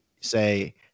say